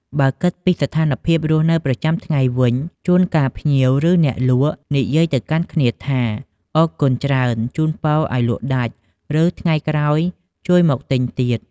បើគិតពីស្ថានភាពរស់នៅប្រចាំថ្ងៃវិញ ជួនកាលភ្ញៀវ ឬ អ្នកលក់និយាយទៅកាន់គ្នាថា អរគុណច្រើន ជូនពរឱ្យលក់ដាច់ ឬ ថ្ងៃក្រោយជួយមកទិញទៀត។